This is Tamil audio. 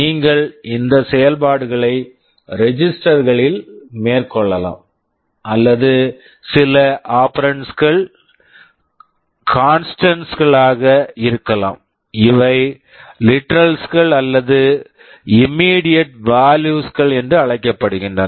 நீங்கள் இந்த செயல்பாடுகளை ரெஜிஸ்டெர்ஸ் registers களில் மேற்கொள்ளலாம் அல்லது சில ஆபெரண்ட்ஸ் operands கள் கான்ஸ்டன்ட்ஸ் constants களாக இருக்கலாம் இவை லிட்ரல்ஸ் literals கள் அல்லது இம்மீடியட் வாலுயுஸ் immediate values கள் என்று அழைக்கப்படுகின்றன